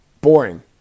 Boring